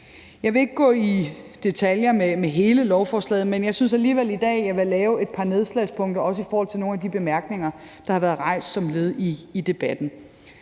Jeg vil ikke gå i detaljer med hele lovforslaget, men jeg synes alligevel, at jeg i dag vil lave et par nedslagspunkter, også i forhold til nogle af de bemærkninger, der har været som led i debatten.